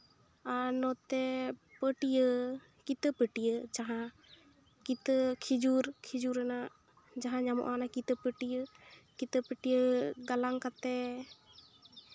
ᱟᱨ ᱱᱚᱛᱮ ᱯᱟᱹᱴᱭᱟᱹ ᱠᱤᱛᱟᱹ ᱯᱟᱹᱴᱭᱟᱹ ᱡᱟᱦᱟᱸ ᱠᱤᱛᱟᱹ ᱠᱷᱮᱡᱩᱨ ᱠᱷᱮᱡᱩᱨ ᱨᱮᱱᱟᱜ ᱡᱟᱦᱟᱸ ᱧᱟᱢᱚᱜᱼᱟ ᱚᱱᱮ ᱠᱤᱛᱟᱹ ᱯᱟᱹᱴᱭᱟᱹ ᱠᱤᱛᱟᱹ ᱯᱟᱹᱴᱭᱟᱹ ᱜᱟᱞᱟᱝ ᱠᱟᱛᱮ